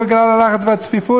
בגלל הלחץ והצפיפות?